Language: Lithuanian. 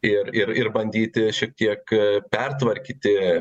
ir ir ir bandyti šiek tiek pertvarkyti